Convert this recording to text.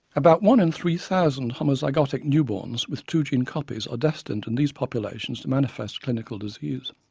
about one in three thousand homozygotic new borns, with two gene copies, are destined in these populations to manifest clinical disease.